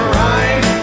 right